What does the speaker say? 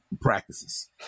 practices